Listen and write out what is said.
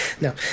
No